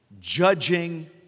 judging